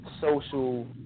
social